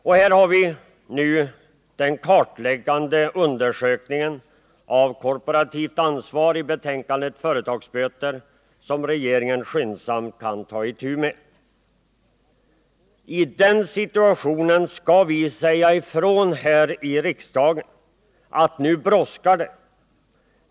Och här har vi nu den kartläggande undersökningen av korporativt ansvar i betänkandet Företagsböter som regeringen skyndsamt kan ta itu med. I den situationen skall vi här i riksdagen säga ifrån att det brådskar.